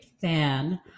fan